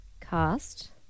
Cast